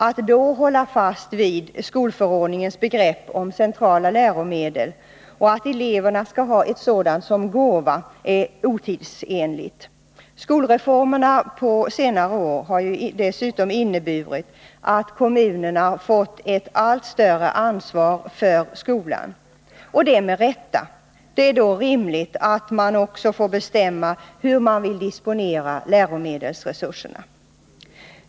Att då hålla fast vid skolförordningens begrepp om centrala läromedel och att eleverna skall ha sådana som gåva är otidsenligt. Skolreformerna på senare år har dessutom inneburit att kommunerna fått ett allt större ansvar för skolan — och det med rätta. Det är då rimligt att kommunerna också får bestämma hur de vill disponera läromedelsresurserna.